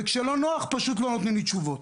וכשלא נוח פשוט לא נותנים לי תשובות.